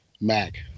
mac